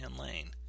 Lane